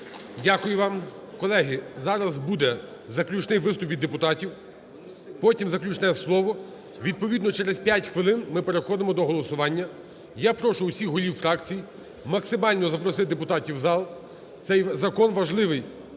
Дякую вам. Колеги, зараз буде заключний виступ від депутатів, потім заключне слово. Відповідно, через 5 хвилин ми переходимо до голосування. Я прошу всіх голів фракцій максимально запросити депутатів в зал. Цей закон важливий